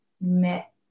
met